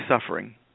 suffering